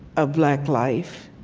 of black life